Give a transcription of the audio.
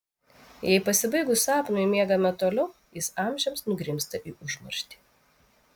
jei pasibaigus sapnui miegame toliau jis amžiams nugrimzta į užmarštį